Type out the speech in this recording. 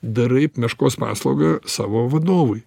darai meškos paslaugą savo vadovui